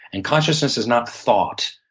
and consciousness is not thought.